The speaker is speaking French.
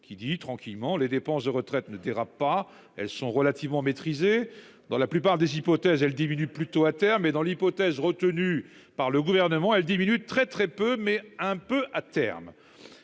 qui dit tranquillement les dépenses de retraites ne dérape pas, elles sont relativement maîtrisée dans la plupart des hypothèses, elle diminue plutôt à terre mais dans l'hypothèse retenue par le gouvernement, elle diminue très très peu mais un peu à terme.